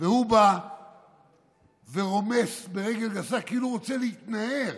הוא בא ורומס ברגל גסה, כאילו רוצה להתנער,